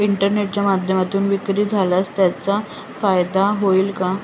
इंटरनेटच्या माध्यमातून विक्री केल्यास त्याचा फायदा होईल का?